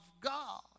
God